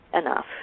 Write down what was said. enough